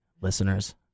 listeners